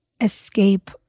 escape